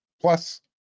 Plus